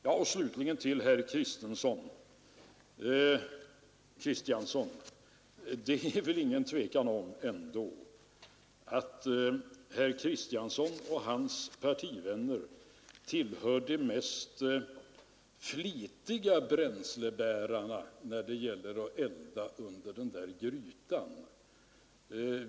Slutligen vill jag säga till herr Kristiansson i Harplinge att det är väl ändå inget tvivel om att herr Kristiansson och hans partivänner tillhör de påtagligt flitiga bränslebärarna när det gäller att elda under den där grytan som omnämndes.